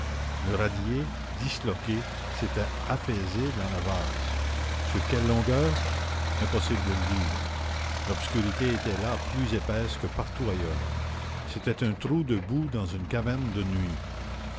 le radier disloqué s'était affaissé dans la vase sur quelle longueur impossible de le dire l'obscurité était là plus épaisse que partout ailleurs c'était un trou de boue dans une caverne de nuit